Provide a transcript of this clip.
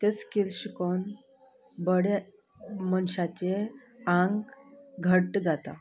त्यो स्किल्स शिकोवन बडे मनशाचें आंग घट्ट जाता